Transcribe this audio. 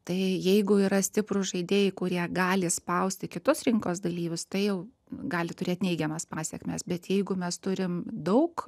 tai jeigu yra stiprūs žaidėjai kurie gali spausti kitus rinkos dalyvius tai jau gali turėt neigiamas pasekmes bet jeigu mes turim daug